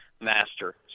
master